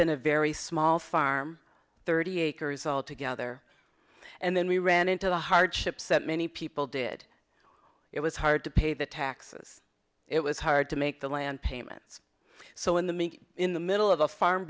been a very small farm thirty acres all together and then we ran into the hardships that many people did it was hard to pay the taxes it was hard to make the land payments so in the in the middle of a farm